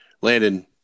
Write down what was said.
Landon